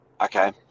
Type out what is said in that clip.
okay